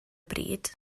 bryd